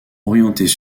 orientées